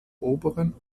oberen